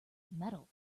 metal